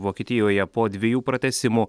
vokietijoje po dviejų pratęsimų